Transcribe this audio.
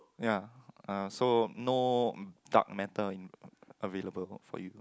ya uh so no dark matter in available for you